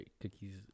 cookies